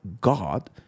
God